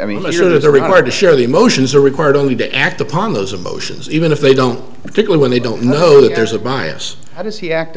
i mean listeners are required to show the emotions are required only to act upon those emotions even if they don't particularly when they don't know that there's a bias how does he act